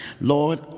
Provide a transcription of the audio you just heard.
Lord